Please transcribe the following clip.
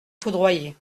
foudroyé